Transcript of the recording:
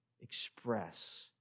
express